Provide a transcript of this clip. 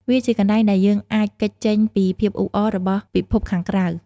វាជាកន្លែងដែលយើងអាចគេចចេញពីភាពអ៊ូអររបស់ពិភពខាងក្រៅ។